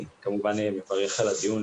אני כמובן מברך על הדיון.